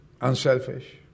unselfish